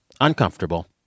uncomfortable